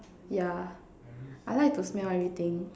yeah I like to smell everything